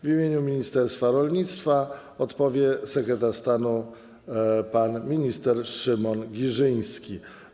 W imieniu ministerstwa rolnictwa odpowie sekretarz stanu pan minister Szymon Giżyński.